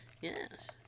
Yes